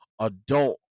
adult